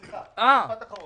סליחה, משפט אחרון.